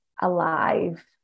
alive